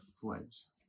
flames